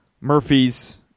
murphy's